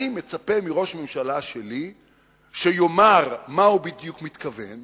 אני מצפה מראש ממשלה שלי שיאמר למה הוא בדיוק מתכוון,